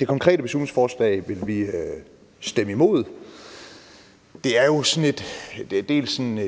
Det konkrete beslutningsforslag vil vi stemme imod. Det er jo et sådan